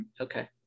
Okay